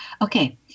Okay